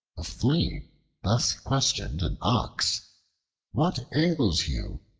a flea thus questioned an ox what ails you,